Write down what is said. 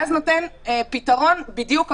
ואז נותן פתרון בדיוק הפוך.